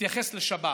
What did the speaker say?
התייחס לשבת: